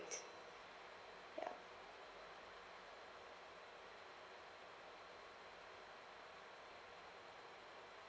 ya